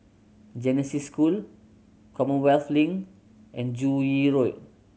Genesis School Commonwealth Link and Joo Yee Road